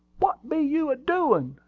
what be you a-doin'?